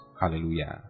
Hallelujah